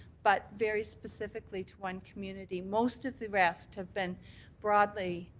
but very specifically to one community. most of the rest have been broadly